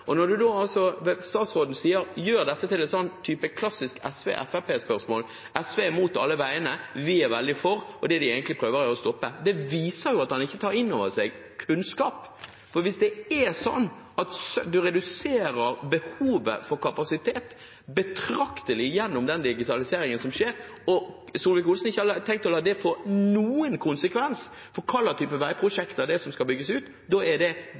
større. Når statsråden da gjør dette til en slik type klassisk SV–Fremskrittsparti-spørsmål – SV er imot alle veiene, vi er veldig for, og det de egentlig prøver, er å stoppe – viser det at han ikke tar inn over seg kunnskap. For hvis det er sånn at man reduserer behovet for kapasitet betraktelig gjennom den digitaliseringen som skjer, og Solvik-Olsen ikke har tenkt å la det få noen konsekvens for hva slags type veiprosjekter som skal bygges ut, så er det